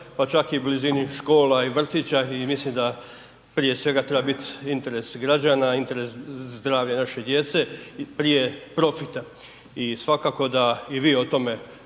pa čak i u blizini škola i vrtića i mislim da prije svega treba bit interes građana i interes zdravlja naše djece prije profita i svakako da i vi o tome